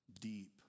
deep